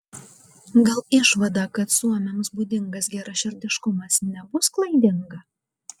gal išvada kad suomiams būdingas geraširdiškumas nebus klaidinga